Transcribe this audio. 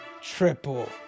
Triple